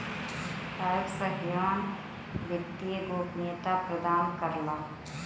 tax haven वित्तीय गोपनीयता प्रदान करला